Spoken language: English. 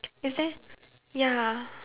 is there ya